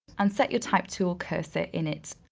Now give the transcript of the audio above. and set your type tool cursor in it.